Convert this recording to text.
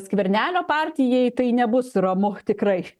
skvernelio partijai tai nebus ramu tikrai